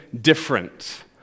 different